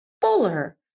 fuller